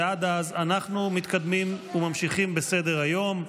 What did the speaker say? ועד אז אנחנו מתקדמים וממשיכים בסדר-היום.